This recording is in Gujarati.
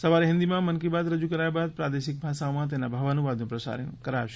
સવારે હિન્દીમાં મન કી બાત રજૂ કરાયા બાદ પ્રાદેશિક ભાષાઓમાં તેના ભાવાનુવાદનું પ્રસારણ કરાશે